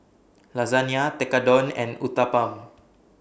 Lasagna Tekkadon and Uthapam